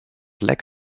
lack